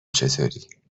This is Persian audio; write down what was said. چطوری